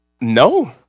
No